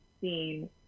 seen